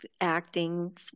acting